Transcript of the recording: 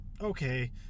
Okay